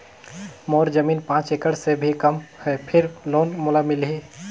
मोर जमीन पांच एकड़ से भी कम है फिर लोन मोला मिलही?